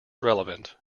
relevant